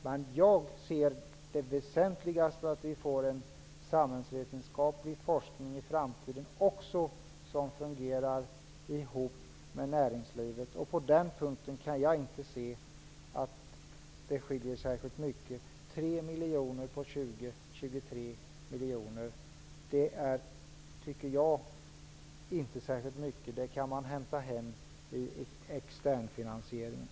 Men jag ser det som väsentligast att vi får en samhällsvetenskaplig forskning också i framtiden, som fungerar tillsammans med näringslivet. På den punkten kan jag inte se att det skiljer särskilt mycket. Jag tycker inte att det är särskilt mycket med 3 miljoner när det är fråga om totalt 23 miljoner. Det kan man klara genom externfinansieringen.